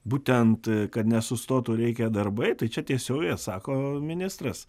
būtent kad nesustotų reikia darbai tai čia tiesiogiai atsako ministras